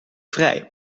vrij